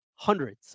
Hundreds